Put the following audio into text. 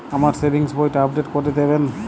আমার সেভিংস বইটা আপডেট করে দেবেন?